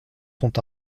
sont